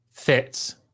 fits